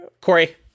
Corey